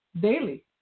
daily